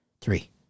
Three